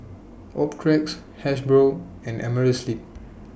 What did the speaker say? Optrex Hasbro and Amerisleep